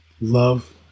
love